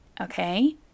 okay